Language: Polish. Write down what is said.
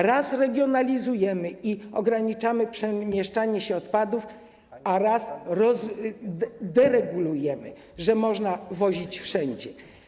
Raz regionalizujemy i ograniczamy przemieszczanie się opadów, a raz deregulujemy, że można wozić wszędzie.